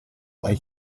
like